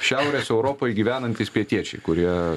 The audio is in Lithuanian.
šiaurės europoj gyvenantys pietiečiai kurie